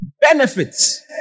Benefits